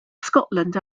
scotland